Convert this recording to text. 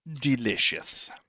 delicious